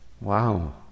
Wow